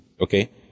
okay